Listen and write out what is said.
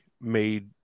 made